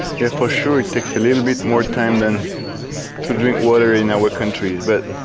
yeah for sure it takes a little bit more time than to drink water in our countries but.